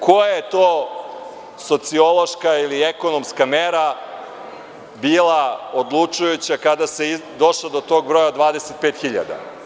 Koja je to sociološka ili ekonomska mera bila odlučujuća kada se došlo do tog broja od 25.000?